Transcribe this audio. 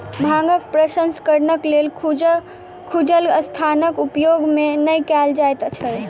भांगक प्रसंस्करणक लेल खुजल स्थानक उपयोग नै कयल जाइत छै